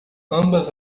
ambas